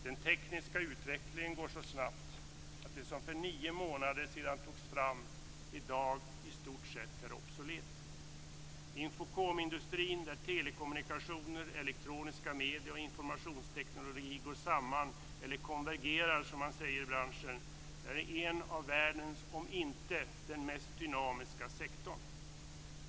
Den tekniska utvecklingen går så snabbt att det som för nio månader sedan togs fram i dag i stort sett är obsolet. Infokomindustrin, där telekommunikationer, elektroniska medier och informationsteknik går samman - eller konvergerar, som man säger i branschen - är en av världens mest dynamiska sektorer, om inte den allra mest dynamiska sektorn.